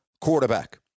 quarterback